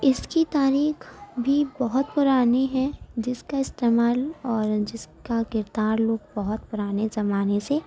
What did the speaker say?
اِس کی تاریخ بھی بہت پُرانی ہے جس کا استعمال اور جس کا کردار لوگ بہت پُرانے زمانے سے